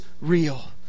real